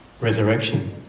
resurrection